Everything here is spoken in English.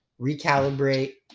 recalibrate